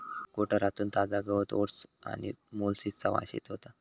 कोठारातून ताजा गवत ओट्स आणि मोलॅसिसचा वास येत होतो